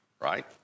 right